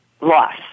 loss